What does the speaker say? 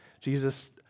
Jesus